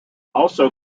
also